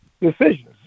decisions